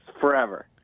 forever